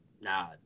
Nah